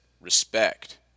respect